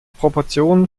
proportionen